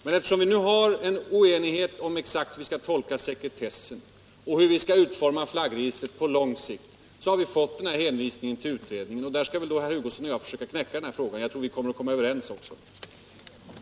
Men eftersom vi nu är oeniga om hur vi exakt skall tolka bestämmelserna om sekretess och om hur vi skall utforma flaggregistret på lång sikt har utskottet hänvisat till utredningen. Där 50 skall då herr Hugosson och jag försöka knäcka den här frågan, och jag tror också att vi kommer att komma överens. den det ej vill röstar nej. den det ej vill röstar nej.